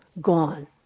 gone